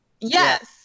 Yes